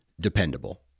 dependable